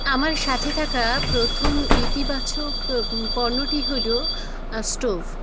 আমার সাথে থাকা প্রথম ইতিবাচক পণ্যটি হল স্টোভ